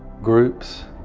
groups,